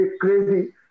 crazy